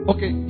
Okay